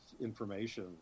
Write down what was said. information